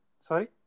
sorry